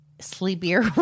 sleepier